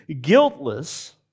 guiltless